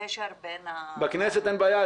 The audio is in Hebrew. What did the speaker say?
הקשר בין --- בכנסת אין בעיה,